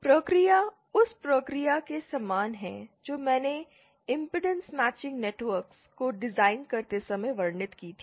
प्रक्रिया उस प्रक्रिया के समान है जो मैंने इमपेडेंस मैचिंग नेटवर्क को डिजाइन करते समय वर्णित की थी